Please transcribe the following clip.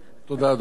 תודה, אדוני.